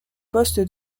poste